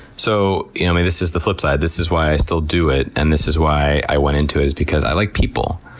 so, yeah this is the flipside. this is why i still do it, and this is why i went into it, is because i like people.